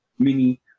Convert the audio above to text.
Mini